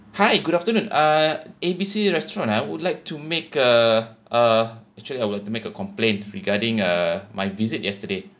hi good afternoon uh A B C restaurant I would like to make a uh actually I will make a complaint regarding uh my visit yesterday